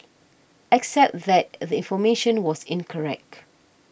except that the information was incorrect